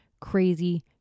crazy